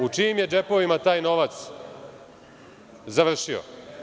U čijim je džepovima taj novac završio?